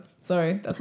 sorry